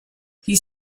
his